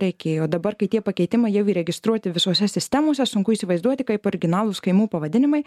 reikėjo dabar kai tie pakeitimai jau įregistruoti visose sistemose sunku įsivaizduoti kaip originalūs kaimų pavadinimai